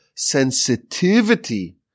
sensitivity